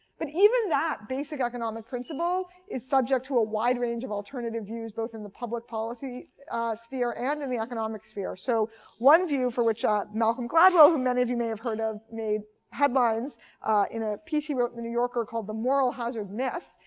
but even that basic economic principle is subject to a wide range of alternative views, both in the public policy sphere and in the economic sphere. so one view for which um malcolm gladwell, whom many of you may have heard of, it made headlines in a piece he wrote in the new yorker called the moral hazard myth,